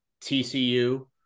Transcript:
TCU